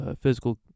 physical